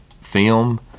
film